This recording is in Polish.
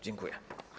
Dziękuję.